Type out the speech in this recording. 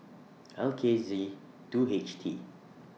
L K Z two H T